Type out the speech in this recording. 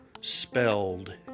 spelled